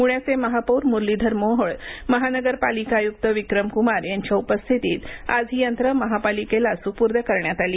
पूण्याचे महापौर मुरलीधर मोहोळमहानगरपालिका आयुक्त विक्रम कुमारयांच्या उपस्थितीत आज ही यंत्र महापालिकेला सुपूर्द करण्यात आली